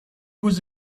was